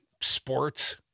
sports